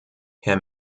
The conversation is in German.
herr